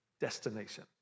destination